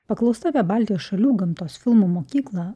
paklausta apie baltijos šalių gamtos filmų mokyklą